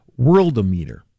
Worldometer